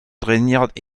trainiert